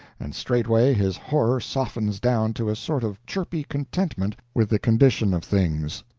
and straightway his horror softens down to a sort of chirpy contentment with the condition of things.